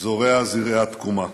זורע זרעי התקומה.